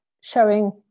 showing